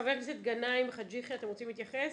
חבר הכנסת גנאים, חאג' יחיא, את רוצים להתייחס?